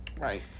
Right